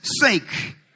sake